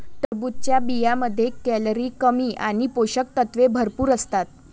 टरबूजच्या बियांमध्ये कॅलरी कमी आणि पोषक तत्वे भरपूर असतात